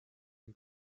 ihm